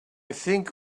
think